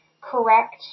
correct